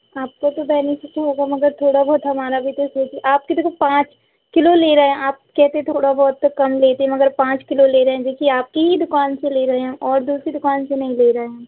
आपको तो बैनिफ़िट होगा मगर थोड़ा बहुत हमारा भी तो सोचिए आपकी देखो पाँच किलो ले रहे हैं आप कहते थोड़ा बहुत तो कम लेते मगर पाँच किलो ले रहे हैं जो कि आपकी ही दुकान से ले रहे हैं और दूसरी दुकान से नहीं ले रहे हैं